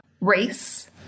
Race